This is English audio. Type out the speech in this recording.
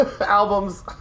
albums